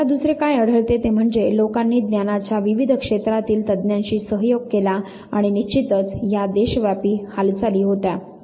आपल्याला दुसरे काय आढळते ते म्हणजे लोकांनी ज्ञानाच्या विविध क्षेत्रातील तज्ञांशी सहयोग केला आणि निश्चितच ह्या देशव्यापी हालचाली होत्या